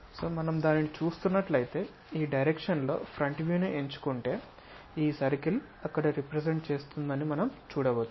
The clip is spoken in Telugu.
సొ మనం దానిని చూస్తున్నట్లయితే ఈ డైరెక్షన్ లో ఫ్రంట్ వ్యూను ఎంచుకుంటే ఈ సర్కిల్ అక్కడ రెప్రెసెంట్ చేస్తుందని మనం చూడవచ్చు